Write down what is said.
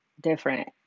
different